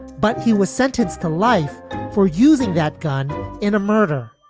but he was sentenced to life for using that gun in a murder,